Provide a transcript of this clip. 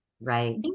Right